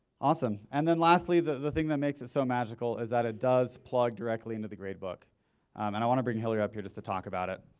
awesome. and then lastly, the the thing that makes it so magical is that it does plug directly into the gradebook and i want to bring hilary up here just to talk about it.